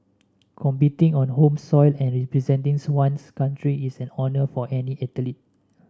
competing on home soil and representing one's country is an honour for any athlete